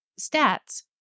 stats